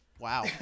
Wow